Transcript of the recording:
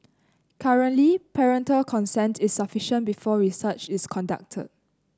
currently parental consent is sufficient before research is conducted